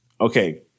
okay